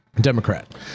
democrat